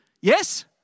Yes